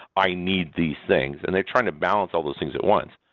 i need these things, and they're trying to balance all those things at once.